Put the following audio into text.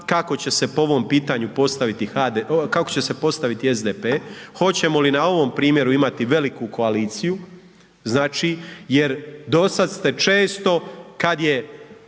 pitanju postaviti SDP, hoćemo li na ovom primjeru imati veliku koaliciju, znači jer dosad ste često, kad je